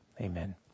Amen